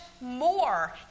more